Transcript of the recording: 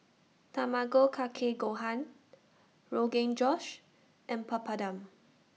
Tamago Kake Gohan Rogan Josh and Papadum